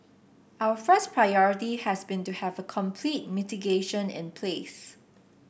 our first priority has been to have a complete mitigation in place